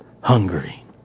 hungry